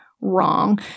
wrong